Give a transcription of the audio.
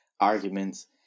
arguments